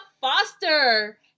Foster